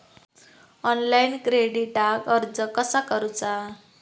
Online क्रेडिटाक अर्ज कसा करुचा?